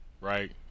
right